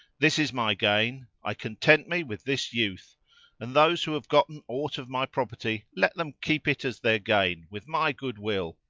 this is my gain i content me with this youth and those who have gotten aught of my property let them keep it as their gain with my good will.